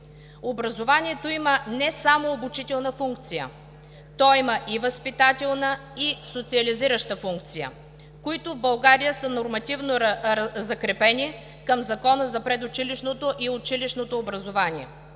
Образованието има не само обучителна функция, то има и възпитателна, и социализираща функция, които в България са нормативно закрепени към Закона за предучилищното и училищното образование.